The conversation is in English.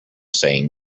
saying